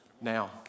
Now